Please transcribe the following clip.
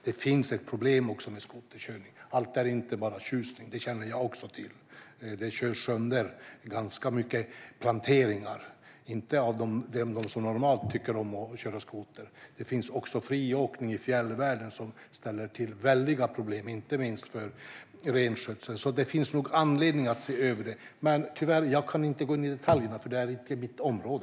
Det finns problem med skoterkörning. Allt är inte bara tjusning. Det känner jag också till. Det körs sönder ganska mycket planteringar, inte av dem som normalt tycker om att köra skoter, men det finns friåkning i fjällvärlden som ställer till väldiga problem, inte minst för renskötseln. Det finns nog anledning att se över detta, men jag kan tyvärr inte gå in i detaljerna eftersom det inte är mitt område.